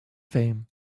fame